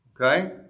Okay